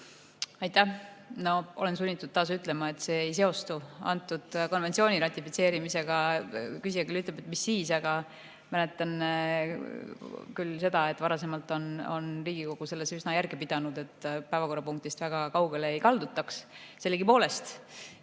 Aitäh! No ma olen sunnitud taas ütlema, et see ei seostu selle konventsiooni ratifitseerimisega. Küsija küll ütleb, et mis siis, aga mäletan küll seda, et varasemalt on Riigikogu selles üsna järge pidanud, et päevakorrapunktist väga kaugele ei kaldutaks. Sellegipoolest